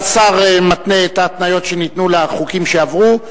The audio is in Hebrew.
השר מתנה את ההתניות שניתנו לחוקים שעברו,